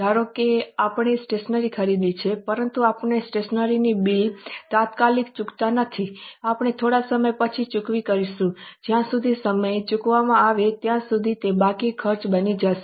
ધારો કે આપણે સ્ટેશનરી ખરીદી છે પરંતુ આપણે સ્ટેશનરી બિલ તાત્કાલિક ચૂકવતા નથી આપણે થોડા સમય પછી ચૂકવણી કરીશું જ્યાં સુધી સમય ચૂકવવામાં આવે ત્યાં સુધી તે બાકી ખર્ચ બની જશે